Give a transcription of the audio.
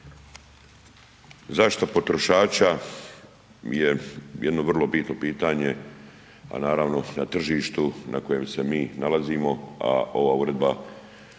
zaštita potrošača je jedno vrlo bitno pitanje, a naravno na tržištu na kojem se mi nalazimo, a ova uredba